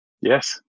Yes